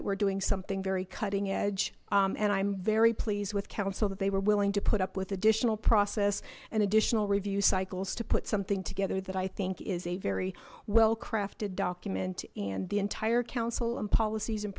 that we're doing something very cutting edge and i'm very pleased with council that they were willing to put up with additional process and additional review cycles to put something together that i think is a very well crafted document and the entire council and policies and